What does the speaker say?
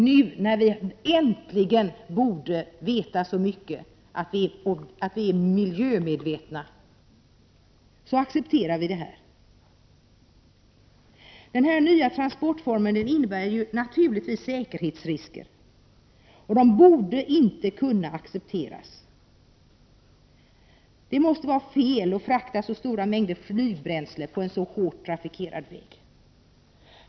Nu när vi äntligen borde ha sådana kunskaper att vi är miljömedvetna så accepterar vi det här. Den nya transportformen innebär naturligtvis säkerhetsrisker, och dessa borde inte kunna accepteras. Det måste vara fel att acceptera att så här stora mängder flygbränsle transporteras på en så hårt trafikerad väg som den det här är fråga om.